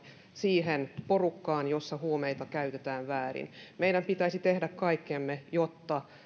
siihen porukkaan jossa huumeita väärinkäytetään meidän pitäisi tehdä kaikkemme jotta